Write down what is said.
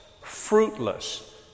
fruitless